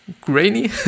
grainy